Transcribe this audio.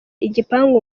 igipangu